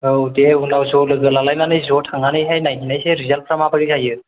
औ दे उनाव ज' लोगो लालायनानै ज' थांनानैहाय नायहैनायसै रिजाल्तफ्रा माबादि जायो